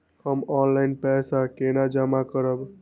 हम ऑनलाइन पैसा केना जमा करब?